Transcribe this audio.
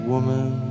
woman